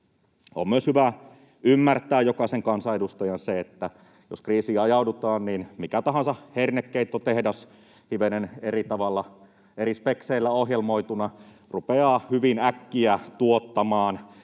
On myös hyvä ymmärtää jokaisen kansanedustajan se, että jos kriisiin ajaudutaan, niin mikä tahansa hernekeittotehdas hivenen eri tavalla, eri spekseillä ohjelmoituna rupeaa hyvin äkkiä tuottamaan